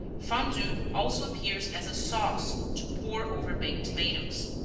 fondue also appears as a sauce to pour over baked tomatoes.